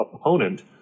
opponent